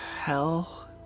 hell